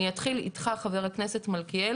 אני אתחיל איתך ח"כ מלכיאלי